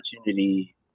opportunity